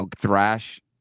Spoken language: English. thrash